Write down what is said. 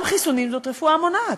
גם חיסונים זה רפואה מונעת.